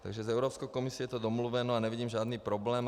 Takže s Evropskou komisí je to domluveno a nevidím žádný problém.